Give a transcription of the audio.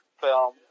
film